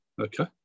Okay